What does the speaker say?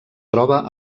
troba